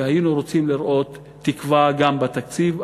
היינו רוצים לראות תקווה גם בתקציב,